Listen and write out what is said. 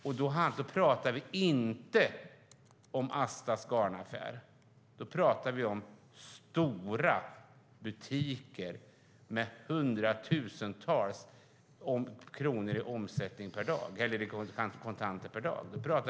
Vi talar inte om bekymren för Astas lilla garnaffär, utan vi talar om stora butiker som hanterar hundratusentals kronor i kontanter varje dag.